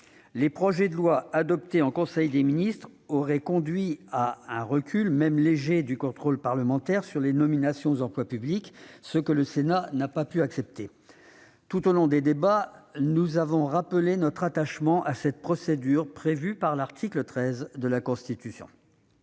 les projets de loi adoptés en conseil des ministres auraient conduit à un recul, même léger, du contrôle parlementaire sur les nominations aux emplois publics, ce que le Sénat n'a pas pu accepter. Tout au long des débats, nous avons rappelé notre attachement à la procédure prévue par l'article 13 de la Constitution.